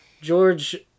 George